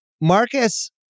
Marcus